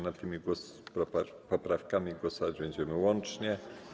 Nad tymi poprawkami głosować będziemy łącznie.